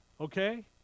Okay